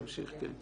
תמשיך.